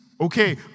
Okay